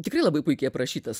tikrai labai puikiai aprašytas